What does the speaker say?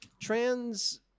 Trans